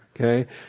okay